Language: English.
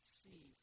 see